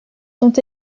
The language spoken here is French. sont